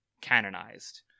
canonized